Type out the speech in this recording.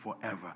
forever